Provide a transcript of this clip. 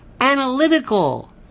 analytical